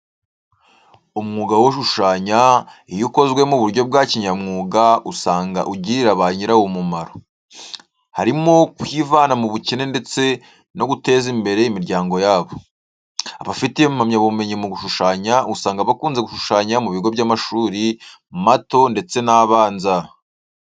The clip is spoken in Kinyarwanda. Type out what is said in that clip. Umwuga wo gushushanya iyo ukozwe mu buryo bya kinyamwuga usanga ugirira ba nyirawo umumaro, harimo kwivana mu bukene ndetse no guteza imbere imiryango yabo. Abafite impamyabumenyi mu gushushanya, usanga bakunze gushushanya mu bigo by'amashuri mato ndetse n'abanza.